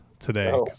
today